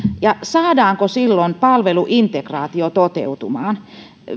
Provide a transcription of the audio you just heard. ja saadaanko silloin palveluintegraatio toteutumaan